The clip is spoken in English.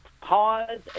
pause